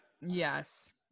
yes